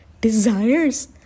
desires